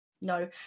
no